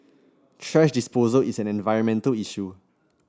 thrash disposal is an environmental issue